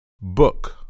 Book